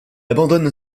abandonne